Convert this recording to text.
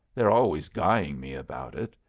they're always guying me about it.